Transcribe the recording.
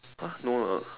!huh! no lah